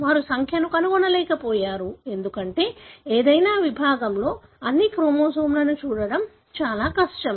వారు సంఖ్యను కనుగొనలేకపోయారు ఎందుకంటే ఏదైనా విభాగంలో అన్ని క్రోమోజోమ్లను చూడటం చాలా కష్టం